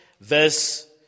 verse